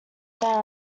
down